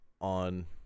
on